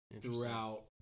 throughout